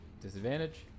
Disadvantage